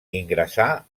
ingressà